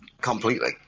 completely